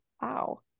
wow